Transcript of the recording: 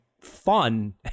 fun